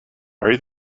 sorry